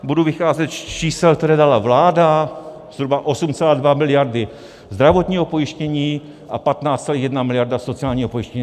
Budu vycházet z čísel, která dala vláda, zhruba 8,2 miliardy zdravotního pojištění a 15,1 miliardy sociálního pojištění.